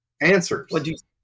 Answers